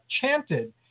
chanted